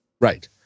Right